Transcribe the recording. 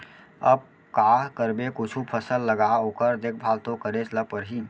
अब का करबे कुछु फसल लगा ओकर देखभाल तो करेच ल परही